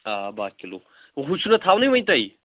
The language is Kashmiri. آ بہہ کِلوٗ ہُہ چھُنہ تھاونُے وۄنۍ تۄہہِ